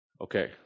okay